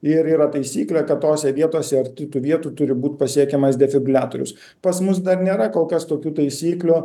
ir yra taisyklė kad tose vietose arti tų vietų turi būt pasiekiamas defibriliatorius pas mus dar nėra kol kas tokių taisyklių